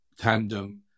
tandem